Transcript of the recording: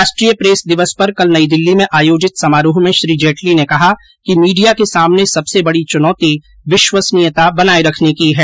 राष्ट्रीय प्रेस दिवस पर कल नई दिल्ली में आयोजित समारोह में श्री जेटली ने कहा कि मीडिया के सामने सबसे बडी चुनौती विश्व्सनीयता बनाए रखने की है